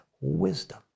wisdom